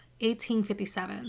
1857